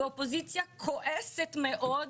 ואופוזיציה שהייתה כועסת מאוד,